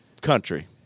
country